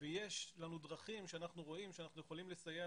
ויש לנו דרכים שאנחנו רואים שאנחנו יכולים לסייע